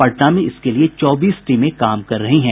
पटना में इसके लिए चौबीस टीमें काम कर रही हैं